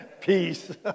peace